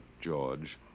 George